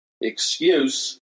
excuse